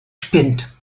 spinnt